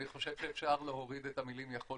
אני חושב שאפשר להוריד את המילים "יכול